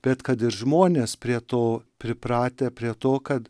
bet kad ir žmonės prie to pripratę prie to kad